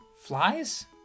Flies